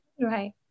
Right